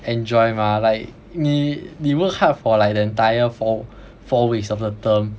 enjoy mah like 你你 work hard for like the entire fo~ four weeks of the term